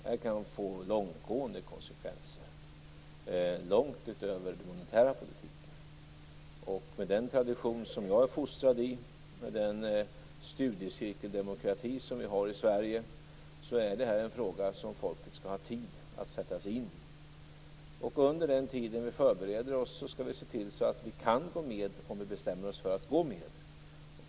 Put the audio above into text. Det kan få långtgående konsekvenser, långt utöver den monetära politiken. Den tradition som jag är fostrad i och den studiecirkeldemokrati som vi har i Sverige säger mig att det här är en fråga som folket skall ha tid att sätta sig in i. Under den tid när vi förbereder oss skall vi se till att vi kan gå med, om vi bestämmer oss för att gå med.